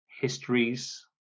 histories